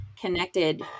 connected